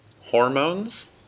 Hormones